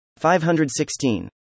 516